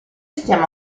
stiamo